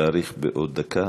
אם לא האמיצה ביותר,